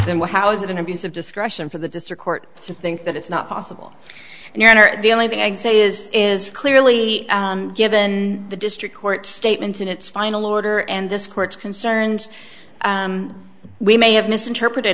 then well how is it an abuse of discretion for the district court to think that it's not possible and your honor the only thing i can say is is clearly given the district court statement in its final order and this court's concerned we may have misinterpreted